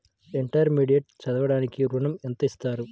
Intermediate చదవడానికి ఋణం ఎంత ఇస్తారు?